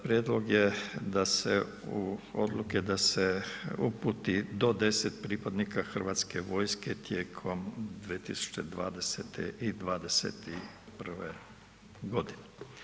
Prijedlog je da se, odluke da se uputi do 10 pripadnika Hrvatske vojske tijekom 2020. i 2021. godine.